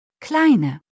Kleine